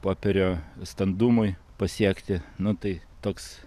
popierio standumui pasiekti nu tai toks